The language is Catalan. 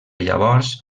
llavors